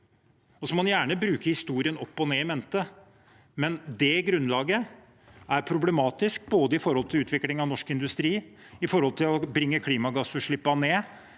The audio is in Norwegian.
En må gjerne bruke historien opp og i mente, men det grunnlaget er problematisk både for utvikling av norsk industri, for å bringe klimagassutslippene ned